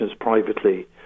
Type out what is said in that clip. privately